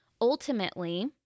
Ultimately